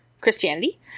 Christianity